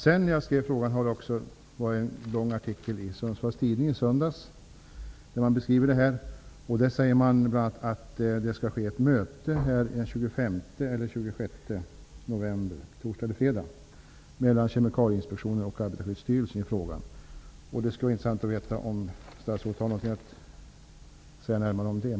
Sedan jag skrev min fråga har det också varit en lång artikel i Sundsvalls Tidning där man beskriver saken. Man säger bl.a. att det skall bli ett möte mellan Kemikalieinspektionen och Arbetarskyddsstyrelsen om frågan den 25 eller den 26 november. Det skulle vara intressant att veta om statsrådet har något att säga om det mötet.